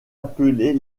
appelés